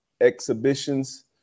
exhibitions